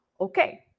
okay